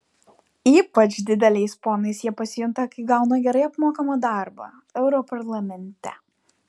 ypač dideliais ponais jie pasijunta kai gauna gerai apmokamą darbą europarlamente